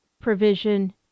provision